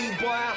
boy